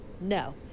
no